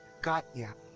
got ya!